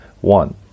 One